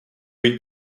být